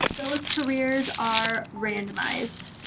those careers are randomized.